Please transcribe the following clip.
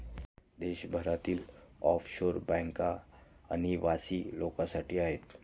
देशभरातील ऑफशोअर बँका अनिवासी लोकांसाठी आहेत